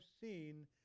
seen